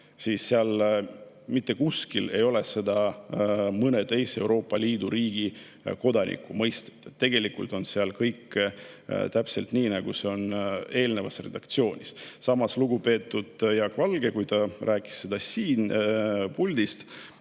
siis seal mitte kuskil ei ole mainitud mõne teise Euroopa Liidu riigi kodanikku. Tegelikult on seal kõik täpselt nii, nagu on eelnevas redaktsioonis. Samas lugupeetud Jaak Valge rääkis seda siin puldis